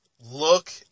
Look